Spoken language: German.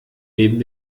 neben